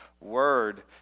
word